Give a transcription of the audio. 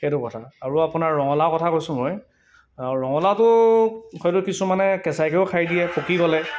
সেইটো কথা আৰু আপোনাৰ ৰঙালাও কথা কৈছোঁ মই ৰঙলাওটো হয়টো কিছুমানে কেঁচাইকৈও খাই দিয়ে পকি গ'লে